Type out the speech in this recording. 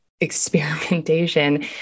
experimentation